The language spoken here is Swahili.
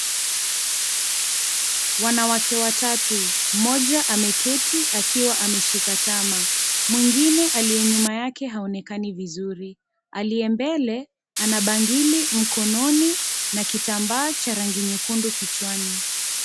Wanawawake watatu, mmoja ameketi akiwa ameshika tama, mwingine aliyenyuma yake haonekani vizuri, aliye mbele ana bangili mkononi na kitambaa cha rangi nyekundu kichwani.